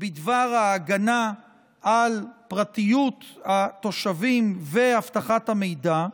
בדבר ההגנה על פרטיות התושבים ואבטחת המידע,